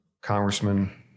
congressman